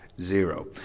zero